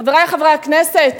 חברי חברי הכנסת,